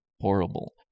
horrible